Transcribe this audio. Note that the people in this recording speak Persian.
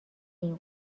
این